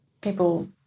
people